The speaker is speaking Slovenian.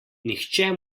nihče